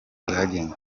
bwagenze